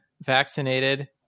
vaccinated